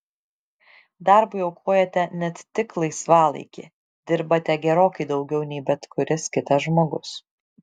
darbui aukojate net tik laisvalaikį dirbate gerokai daugiau nei bet kuris kitas žmogus